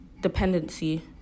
dependency